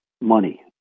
money